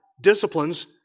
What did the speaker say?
disciplines